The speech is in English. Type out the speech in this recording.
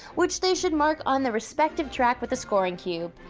which they should mark on the respective track with a scoring cube.